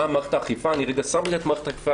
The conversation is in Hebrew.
מערכת האכיפה אני שם את מערכת האכיפה,